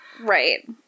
Right